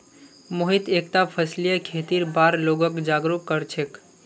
मोहित एकता फसलीय खेतीर बार लोगक जागरूक कर छेक